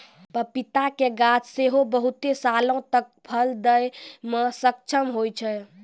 पपीता के गाछ सेहो बहुते सालो तक फल दै मे सक्षम होय छै